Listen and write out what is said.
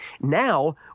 Now